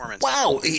wow